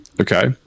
Okay